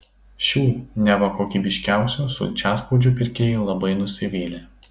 šių neva kokybiškiausių sulčiaspaudžių pirkėjai labai nusivylę